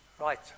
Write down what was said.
Right